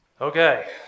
Okay